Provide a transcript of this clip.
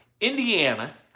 Indiana